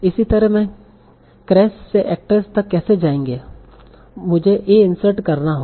इसी तरह मैं cress से actress तक कैसे जायंगे मुझे a इन्सर्ट करना होगा